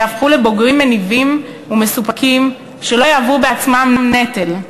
ויהפכו לבוגרים מניבים ומסופקים שלא יהוו בעצמם נטל.